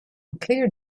clear